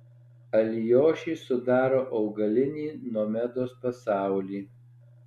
alijošiai sudaro augalinį nomedos pasaulį